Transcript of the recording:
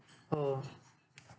oh